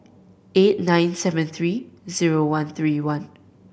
eight nine seven three zero one three one